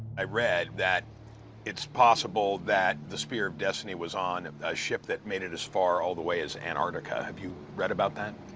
i read that it's possible that the spear of destiny was on um a ship that made it as far, all the way, as antarctica. have you read about that?